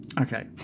Okay